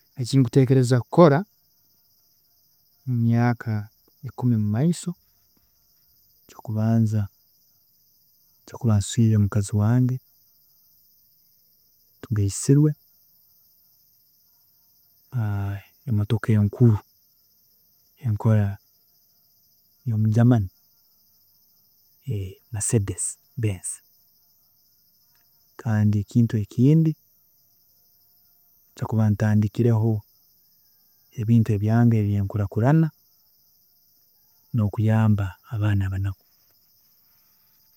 ﻿Ekinkuteekereza kukora mumyaaka ikumi mumaiso, ekyokubanza ninjya kuba nswiire mukazi wange tugaisirwe, emotoka enkuru enkora eyo mu Germany, marcedes benz, kandi ekindi njya kuba ntandikireho ebintu ebyange ebyenkurakurana nokuyamba abaana abanaku